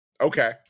Okay